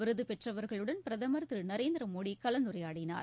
விருதுபெற்றவர்களுடன் பிரதமர் திரு நரேந்திர மோடி கலந்துரையாடினார்